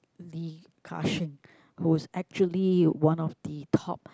Li Ka-shing who's actually one of the top